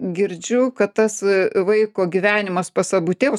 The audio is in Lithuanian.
girdžiu kad tas vaiko gyvenimas pas abu tėvus